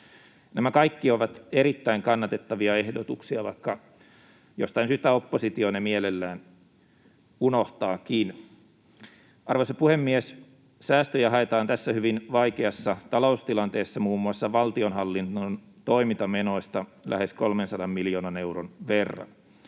Nämä kaikki ovat erittäin kannatettavia ehdotuksia, vaikka jostain syystä oppositio ne mielellään unohtaakin. Arvoisa puhemies! Säästöjä haetaan tässä hyvin vaikeassa taloustilanteessa muun muassa valtionhallinnon toimintamenoista lähes 300 miljoonan euron verran.